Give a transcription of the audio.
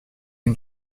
une